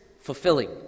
fulfilling